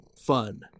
fun